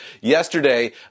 yesterday